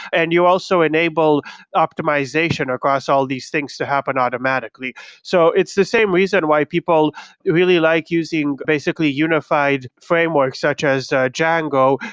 and you also enable optimization across all these things to happen automatically so it's the same reason why people really like using basically unified framework, such as jango,